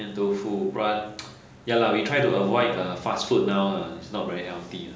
酿豆腐 but ya lah we try to avoid err fast food now ha it's not very healthy ha